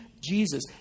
Jesus